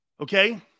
Okay